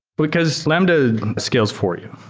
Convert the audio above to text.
because lambda scales for you,